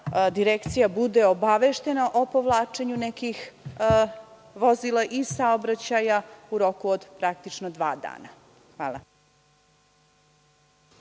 Direkcija bude obaveštena o povlačenju nekih vozila iz saobraćaja u roku od praktično dva dana.